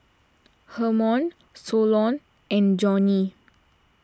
Hermon Solon and Johnny